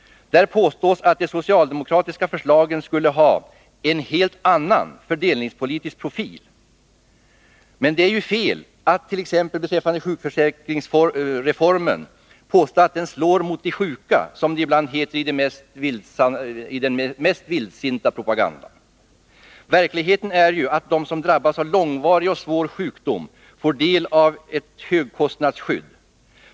Där påstås att de socialdemokratiska förslagen skulle ha ”en helt annan” fördelningspolitisk profil. Men det är ju fel att påstå att t.ex. sjukförsäkringsreformen ”slår mot de sjuka”, som det ibland heter i den mest vildsinta propagandan. Verkligheten är ju att de som drabbas av långvarig och svår sjukdom får del av ett högkostnadsskydd.